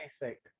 basic